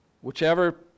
Whichever